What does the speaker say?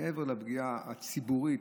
מעבר לפגיעה הציבורית,